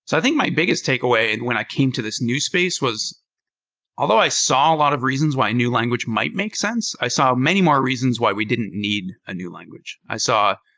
i think my biggest takeaway and when i came to this new space was although i saw a lot of reasons why a new language might make sense, i saw many more reasons why we didn't need a new language. i saw,